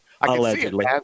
allegedly